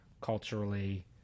culturally